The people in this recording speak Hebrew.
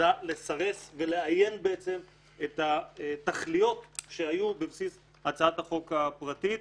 נועדה לסרס ולאיין את התכליות שהיו בבסיס הצעת החוק הפרטית.